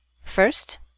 First